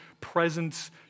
presence